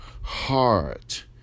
heart